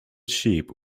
sheep